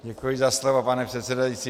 Děkuji za slovo, pane předsedající.